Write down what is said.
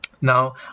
Now